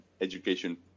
education